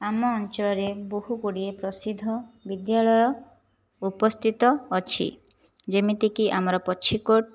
ଆମ ଅଞ୍ଚଳରେ ବହୁ ଗୁଡ଼ିଏ ପ୍ରସିଦ୍ଧ ବିଦ୍ୟାଳୟ ଉପସ୍ଥିତ ଅଛି ଯେମିତିକି ଆମର ପଚ୍ଛିକୋଟ